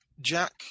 Jack